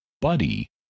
Buddy